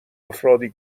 افرادی